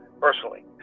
personally